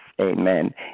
amen